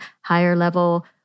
higher-level